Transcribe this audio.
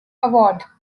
award